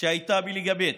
שהייתה בליגה ב',